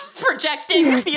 Projecting